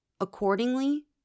Accordingly